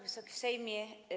Wysoki Sejmie!